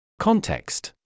Context